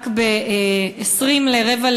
רק ב-16:40,